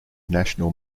national